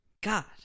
God